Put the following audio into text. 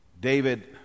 David